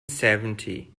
seventy